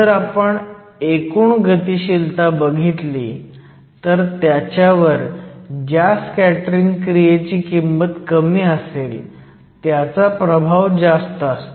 जर आपण एकूण गतीशीलता बघितली तर त्याच्यावर ज्या स्कॅटरिंग क्रियेची किंमत कमी असेल त्याचा प्रभाव जास्त असतो